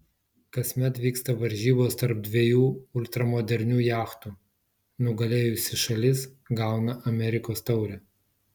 kasmet vyksta varžybos tarp dviejų ultramodernių jachtų nugalėjusi šalis gauna amerikos taurę